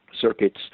circuits